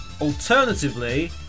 Alternatively